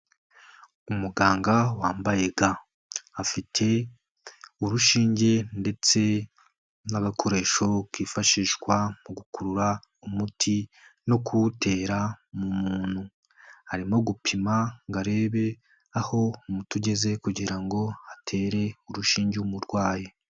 Umuganga wambaye ga. Afite urushinge ndetse n'agakoresho kifashishwa mu gukurura umuti no kuwutera mu muntu. Arimo gupima ngo arebe aho umuti ugeze kugira ngo atere urushinge umurwayi.